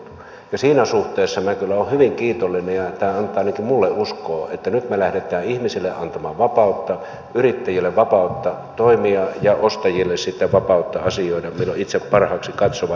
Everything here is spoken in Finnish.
ja siinä suhteessa minä kyllä olen hyvin kiitollinen ja tämä antaa minulle uskoa että nyt me lähdemme ihmisille antamaan vapautta yrittäjille vapautta toimia ja ostajille sitten vapautta asioida milloin itse parhaaksi katsovat